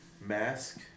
mask